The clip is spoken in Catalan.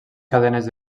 cadenes